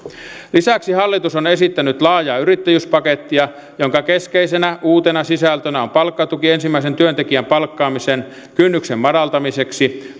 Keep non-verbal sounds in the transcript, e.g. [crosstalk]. lisäksi hallitus on esittänyt laajaa yrittäjyyspakettia jonka keskeisenä uutena sisältönä on palkkatuki ensimmäisen työntekijän palkkaamisen kynnyksen madaltamiseksi [unintelligible]